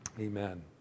Amen